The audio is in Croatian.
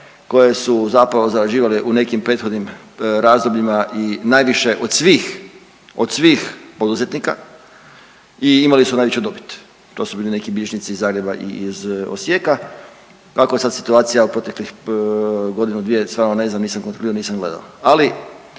koje su zapravo zarađivale u nekim prethodnim razdobljima i najviše od svih, od svih poduzetnika i imali su najveću dobit. To su bili neki bilježnici iz Zagreba i Osijeka. Kakva je sad situacija u proteklih godinu, dvije stvarno ne znam, nisam kontrolirao, nisam gledao,